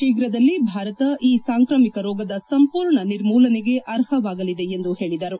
ಶೀಘುದಲ್ಲಿ ಭಾರತ ಈ ಸಾಂಕ್ರಾಮಿಕ ರೋಗದ ಸಂಪೂರ್ಣ ನಿರ್ಮೂಲನೆಗೆ ಅರ್ಹವಾಗಲಿದೆ ಎಂದು ಹೇಳಿದರು